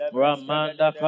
ramanda